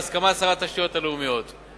בהסכמת שר התשתיות הלאומיות.